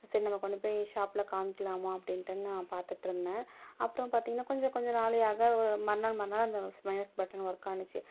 சரி நம்ம கொண்டு போய் ஷாப்பில் காம்க்கிலாமா அப்படின்ட்டு நான் பார்த்துட்ருந்தேன் அப்புறோம் பார்த்திங்னா கொஞ்ச கொஞ்ச நாளியாக ஒரு மறுநாள் மறுநாளில் அந்த மைனஸ் பட்டன் ஒர்க்கானுச்சு